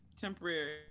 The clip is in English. Temporary